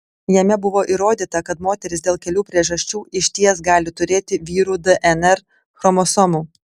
jame buvo įrodyta kad moterys dėl kelių priežasčių išties gali turėti vyrų dnr chromosomų